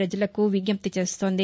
ప్రజలకు విజ్ఞప్తి చేస్తోంది